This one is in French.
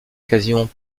quasiment